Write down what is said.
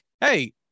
hey